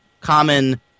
common